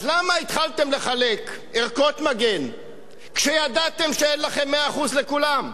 אז למה התחלתם לחלק ערכות מגן כשידעתם שאין לכם 100% לכולם?